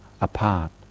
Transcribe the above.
apart